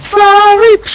sorry